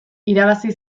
irabazi